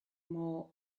more